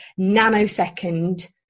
nanosecond